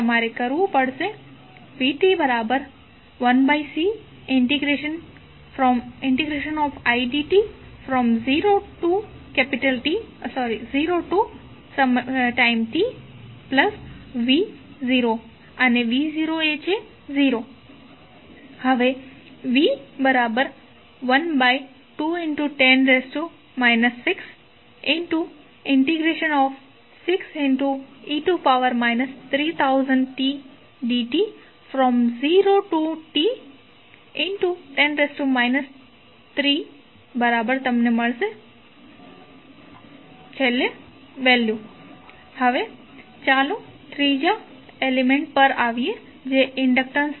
તમારે કરવું પડશે vt1C0tidtv and v00 v1210 60t6e 3000tdt10 31 e 3000t V હવે ચાલો ત્રીજા એલિમેન્ટ્ પર આવીએ જે ઇન્ડક્ટન્સ છે